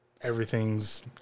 everything's